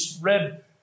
read